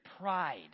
pride